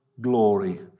glory